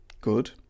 Good